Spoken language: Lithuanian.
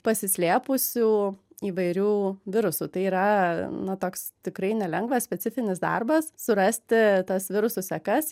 pasislėpusių įvairių virusų tai yra na toks tikrai nelengvas specifinis darbas surasti tas virusų sekas